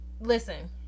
Listen